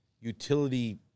utility